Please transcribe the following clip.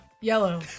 Yellow